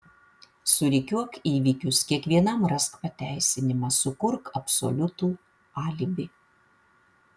surikiuok įvykius kiekvienam rask pateisinimą sukurk absoliutų alibi